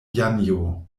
janjo